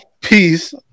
Peace